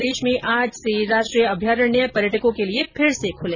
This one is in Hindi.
प्रदेश में आज से राष्ट्रीय अभयारण्य पर्यटकों के लिए फिर से खुले